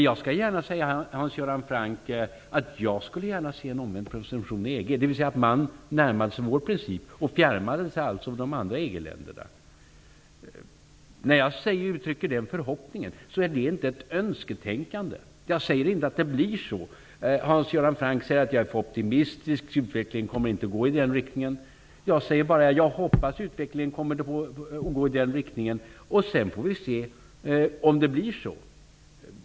Jag skall säga Hans Göran Franck att jag gärna skulle se en omvänd presumtion i EG, dvs. att man närmade sig vår princip och fjärmade sig från de nuvarande EG länderna. När jag uttrycker den förhoppningen är det inte ett önsketänkande. Jag säger inte att det blir så. Hans Göran Franck säger att jag är för optimistisk och att utvecklingen inte kommer att gå i den riktningen. Jag säger bara att jag hoppas att utvecklingen kommer att gå i den riktningen. Sedan får vi se om det blir så.